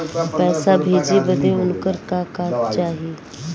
पैसा भेजे बदे उनकर का का चाही?